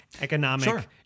economic